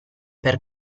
per